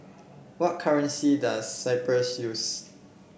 what currency does Cyprus use